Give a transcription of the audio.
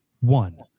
one